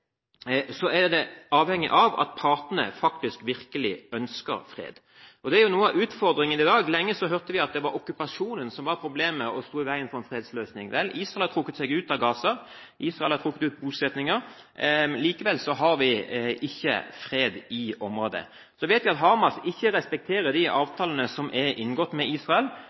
Det er noe av utfordringen i dag. Lenge hørte vi at det var okkupasjonen som var problemet, og som sto i veien for en fredsløsning. Israel har trukket seg ut av Gaza, og Israel har trukket ut bosetninger, likevel har vi ikke fred i området. Så vet vi at Hamas ikke respekterer de avtalene som er inngått med Israel.